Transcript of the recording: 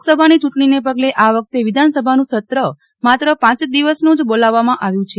લોકસભાની ચુંટણીને પગલે આ વખતે વિધાનસભાનું સત્ર માત્ર પાંચ દિવસનું જ બોલાવવામાં આવ્યું છે